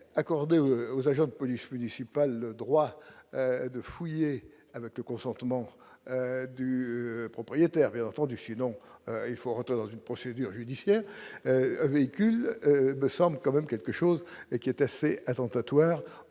accordé aux aux agents de police municipale, le droit de fouiller avec le consentement du propriétaire, bien entendu, sinon il faut entrer dans une procédure judiciaire véhicule me semble quand même quelque chose qui était assez attentatoire